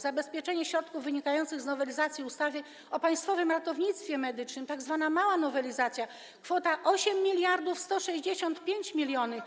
Zabezpieczenie środków wynikających z nowelizacji ustawy o Państwowym Ratownictwie Medycznym, tzw. małej nowelizacji - kwota 8165 mln